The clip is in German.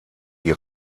die